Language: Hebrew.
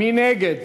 מי נגד?